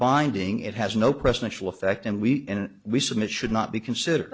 binding it has no presidential effect and we and we submit should not be considered